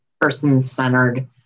person-centered